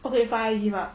okay fine I give up